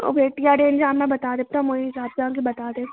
weight या range हमरा बता देब तऽ हम ओही हिसाबसँ अहाँकेँ बता देब